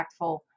impactful